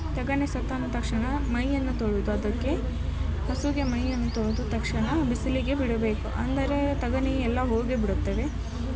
ತಗಣಿ ಸತ್ತ ತಕ್ಷಣ ಮೈಯನ್ನು ತೊಳೆದು ಅದಕ್ಕೆ ಹಸುಗೆ ಮೈಯನ್ನು ತೊಳೆದು ತಕ್ಷಣ ಬಿಸಿಲಿಗೆ ಬಿಡಬೇಕು ಅಂದರೆ ತಗಣಿ ಎಲ್ಲ ಹೋಗಿ ಬಿಡುತ್ತವೆ